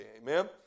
Amen